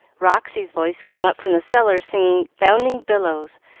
roxy's voice came up from the cellar singing bounding billows,